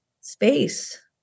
space